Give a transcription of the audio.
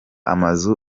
amazu